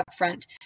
upfront